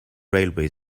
railway